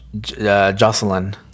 Jocelyn